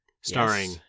starring